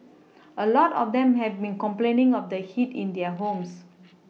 a lot of them have been complaining of the heat in their homes